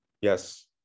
Yes